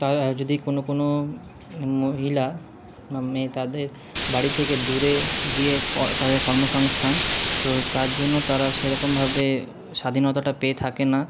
তারা যদি কোনো কোনো মহিলা বা মেয়ে তাদের বাড়ি থেকে দূরে গিয়ে তাদের কর্মসংস্থান তো তার জন্য তারা সেরকমভাবে স্বাধীনতাটা পেয়ে থাকে না